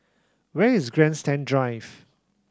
where is Grandstand Drive